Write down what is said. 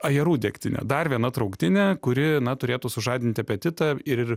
ajerų degtinė dar viena trauktinė kuri na turėtų sužadinti apetitą ir